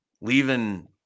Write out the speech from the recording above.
leaving